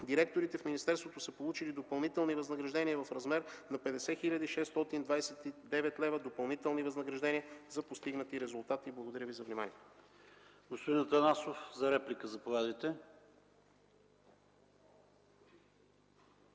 директорите в министерството са получили допълнителни възнаграждения в размер на 50 629 лева – допълнителни възнаграждения за постигнати резултати. Благодаря Ви за вниманието.